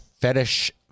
fetish